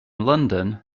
london